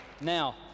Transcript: Now